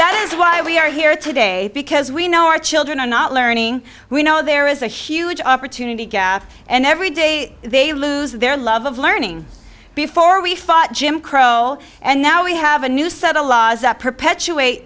that is why we are here today because we know our children are not learning we know there is a huge opportunity gaffe and every day they lose their love of learning before we fought jim crow and now we have a new set of laws that perpetuate